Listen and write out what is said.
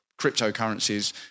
cryptocurrencies